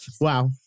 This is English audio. Wow